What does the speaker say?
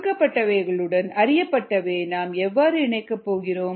கொடுக்கப்பட்டவையுடன் அறியப்பட்டதை நாம் எவ்வாறு இணைக்கப் போகிறோம்